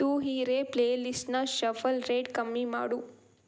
ತು ಹಿ ರೇ ಪ್ಲೇಲಿಸ್ಟ್ನ shuffle rate ಕಮ್ಮಿ ಮಾಡು